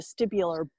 vestibular